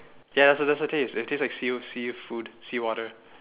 ya that's the that's the taste it tastes like sea seafood seawater